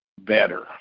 better